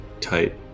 Tight